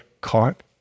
caught